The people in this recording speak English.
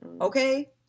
Okay